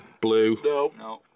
blue